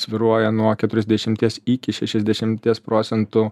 svyruoja nuo keturiasdešimties iki šešiasdešimties procentų